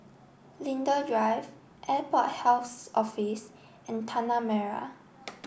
Linden drive Airport Health Office and Tanah Merah